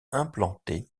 implantées